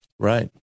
Right